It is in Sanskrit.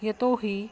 यतोहि